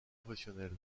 professionnel